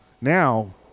now